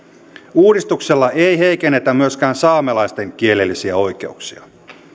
uudistuksella ei heikennetä myöskään saamelaisten kielellisiä oikeuksia